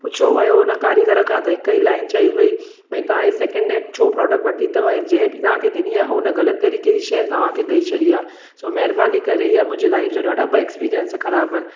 पुछो वियो हुन कारीगर खां त हिकई लाइन चई वेई भई तव्हां ही सेकेंड हैंड छो प्रॉडक्ट वरिती अथव जंहिं बि तव्हांखे ॾिनी आहे हुन ग़लति तरीक़े जी शइ तव्हांखे ॾेई छॾी आहे सो महिरबानी करे इअं मुंहिंजे लाइफ़ जा ॾाढा ॿ एक्सपीरियंस ख़राबु आहिनि